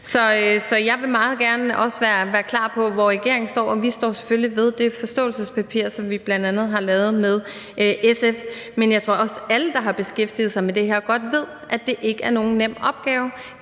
Så jeg vil også meget gerne være klar, med hensyn til hvor regeringen står, og vi står selvfølgelig ved det forståelsespapir, som vi bl.a. har lavet sammen med SF. Men jeg tror også, at alle, der har beskæftiget sig med det her, godt ved, at det ikke er nogen nem opgave.